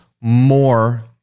more